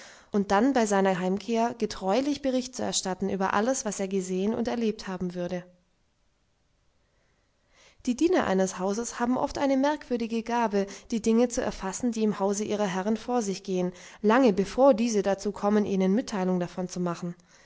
und dann bei seiner heimkehr getreulich bericht zu erstatten über alles was er gesehen und erlebt haben würde die diener eines hauses haben oft eine merkwürdige gabe die dinge zu erfassen die im hause ihrer herren vor sich gehen lange bevor diese dazu kommen ihnen mitteilung davon zu machen